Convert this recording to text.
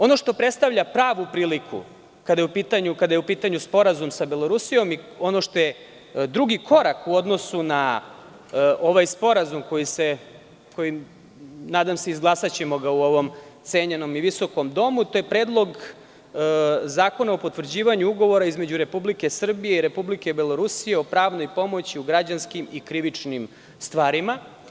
Ono što predstavlja pravu priliku kada je u pitanju sporazum sa Belorusijom i ono što je drugi korak u odnosu na ovaj sporazum, koji ćemo nadam se izglasati u ovom cenjenom i visokom domu, je Predlog zakona o potvrđivanju Ugovora između Republike Srbije i Republike Belorusije o pravnoj pomoći o građanskim i krivičnim stvarima.